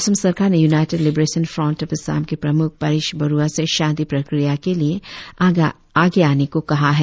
असम सरकार ने United Liberation Front of Assam के प्रमुख परेश बरुआ से शांति प्रक्रिया के लिए आगे आने को कहा है